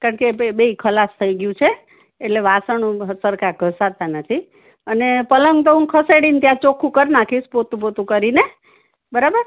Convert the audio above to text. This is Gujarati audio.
કારણ કે બેય ખલાસ થઈ ગ્યું છે એટલે વાસણ સરખા ઘસાતા નથી અને પલંગ તો હું ખસેળિન ત્યાં ચોખૂ કર નાખીશ પોતું બોતું કરીને બરાબર